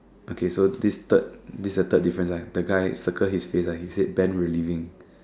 okay so this third this is the third difference right the guy circle his face right he said band will leaving